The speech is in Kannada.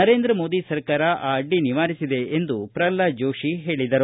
ನರೇಂದ್ರ ಮೋದಿ ಸರ್ಕಾರ ಆ ಅಡ್ಡಿ ನಿವಾರಿಸಿದೆ ಎಂದು ಪ್ರಲ್ಪಾದ ಜೋಶಿ ಹೇಳಿದರು